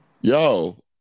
Yo